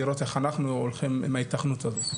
לראות איך אנחנו הולכים עם ההתכנות הזאת.